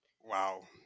Wow